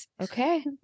okay